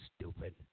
Stupid